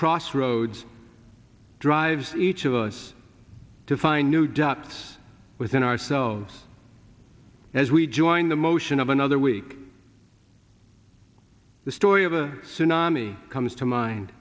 crossroads drives each of us to find new dots within ourselves as we join the motion of another week the story of a tsunami comes to mind